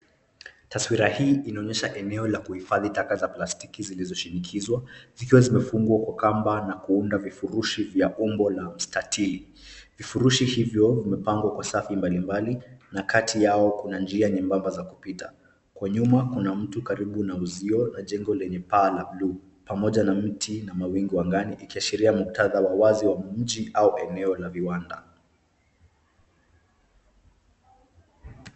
Taswira hii inaonyesha eneo la kuhifadhi taka za plastiki zilizoshinikizwa, zikiwa zimefungwa kwa kamba na kuunda vifurushi vya umbo la mstatiri. Vifurushi hivyo, vimepangwa kwa safi mbali mbali, na kati yao kuna njia nyembamba za kupita. Kwa nyuma kuna mtu karibu na uzio na jengo lenye paa la buluu pamoja na mtu na mawingu angani, ikiashiria muktadha wa wazi wa mji au eneo la viwanda.